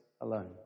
alone